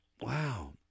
Wow